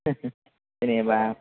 जेनेबा